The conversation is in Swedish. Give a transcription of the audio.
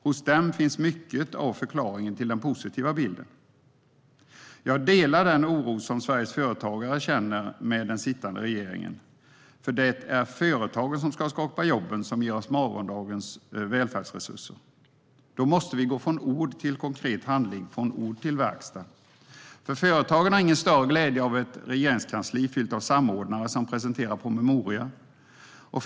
Hos dem finns mycket av förklaringen till den positiva bilden. Jag delar den oro som Sveriges företagare känner med den sittande regeringen. Det är företagen som ska skapa jobben som ger oss morgondagens välfärdsresurser. Då måste vi gå från ord till konkret handling, från ord till verkstad. Företagaren har ingen större glädje av ett regeringskansli fyllt av samordnare som presenterar promemorior.